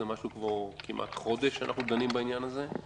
זה משהו כמו כמעט חודש שאנחנו דנים בעניין הזה,